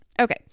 Okay